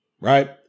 Right